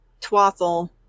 twathel